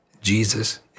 Jesus